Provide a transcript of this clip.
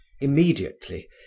Immediately